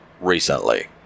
recently